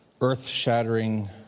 earth-shattering